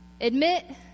Admit